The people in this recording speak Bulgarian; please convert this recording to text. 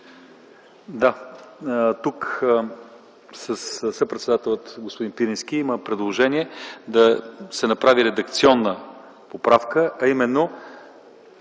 ИВАНОВ: Съпредседателят господин Пирински има предложение да се направи редакционна поправка, а именно: